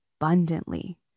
abundantly